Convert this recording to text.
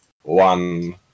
One